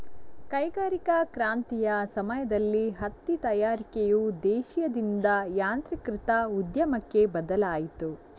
ಕೈಗಾರಿಕಾ ಕ್ರಾಂತಿಯ ಸಮಯದಲ್ಲಿ ಹತ್ತಿ ತಯಾರಿಕೆಯು ದೇಶೀಯದಿಂದ ಯಾಂತ್ರೀಕೃತ ಉದ್ಯಮಕ್ಕೆ ಬದಲಾಯಿತು